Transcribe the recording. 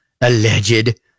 alleged